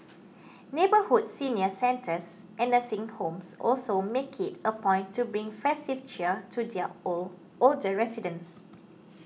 neighbourhood senior centres and nursing homes also make it a point to bring festive cheer to their old older residents